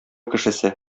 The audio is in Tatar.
кешесе